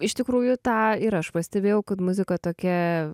iš tikrųjų tą ir aš pastebėjau kad muzika tokia